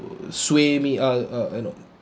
sway me uh uh no